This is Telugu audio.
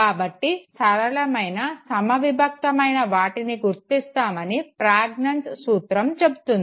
కాబట్టి సరళమైన సమవిభక్తమైన వాటిని గుర్తిస్తామని ప్రజ్ఞాంజ్ సూత్రం చెపుతుంది